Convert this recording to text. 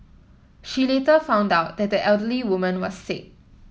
she later found out that the elderly woman was sick